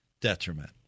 detriment